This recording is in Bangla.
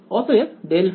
অতএব ∇ϕ